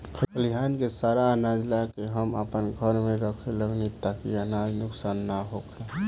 खलिहान से सारा आनाज ला के हम आपना घर में रखे लगनी ताकि अनाज नुक्सान ना होखे